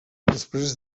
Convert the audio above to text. després